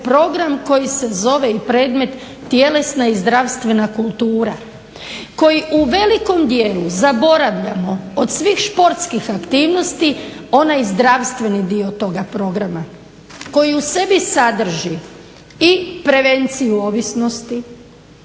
program koji se zove i predmet tjelesna i zdravstvena kultura, koji u velikom dijelu zaboravljamo od svih športskih aktivnosti onaj zdravstveni dio toga programa, koji u sebi sadrži i prevenciju ovisnosti,